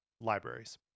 libraries